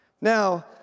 Now